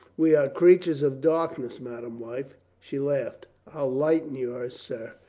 we are creatures of darkness, madame wife. she laughed. i'll lighten yours, sir,